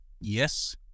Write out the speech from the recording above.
yes